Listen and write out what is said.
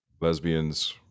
lesbians